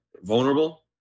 vulnerable